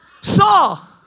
saw